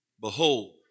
behold